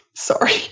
Sorry